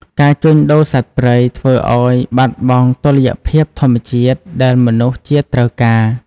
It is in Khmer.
ការជួញដូរសត្វព្រៃធ្វើឱ្យបាត់បង់តុល្យភាពធម្មជាតិដែលមនុស្សជាតិត្រូវការ។